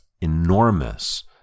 enormous